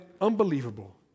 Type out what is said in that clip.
unbelievable